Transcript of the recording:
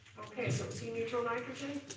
okay, so see neutral nitrogen,